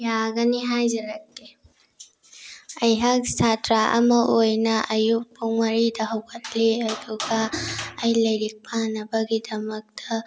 ꯌꯥꯒꯅꯤ ꯍꯥꯏꯖꯔꯛꯀꯦ ꯑꯩꯍꯥꯛ ꯁꯥꯇ꯭ꯔ ꯑꯃ ꯑꯣꯏꯅ ꯑꯌꯨꯛ ꯄꯨꯡ ꯃꯔꯤꯗ ꯍꯧꯒꯠꯂꯤ ꯑꯗꯨꯒ ꯑꯩ ꯂꯥꯏꯔꯤꯛ ꯄꯥꯅꯕꯒꯤꯗꯃꯛꯇ